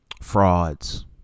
frauds